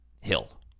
hill